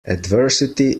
adversity